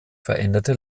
veränderte